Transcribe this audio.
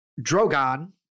drogon